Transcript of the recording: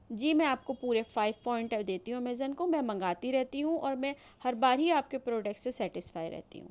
جی میں آپ کو پورے فائیف پوائنٹ آ دیتی ہوں امیزن کو میں منگاتی رہتی ہوں اور میں ہر بار ہی آپ کے پروڈیکٹ سے سیٹسفائی رہتی ہوں